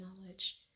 knowledge